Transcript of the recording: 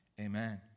Amen